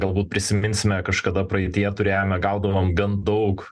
galbūt prisiminsime kažkada praeityje turėjome gaudavom gan daug